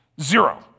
Zero